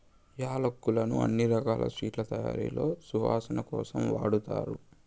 యాలక్కులను అన్ని రకాల స్వీట్ల తయారీలో సువాసన కోసం వాడతారు